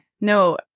no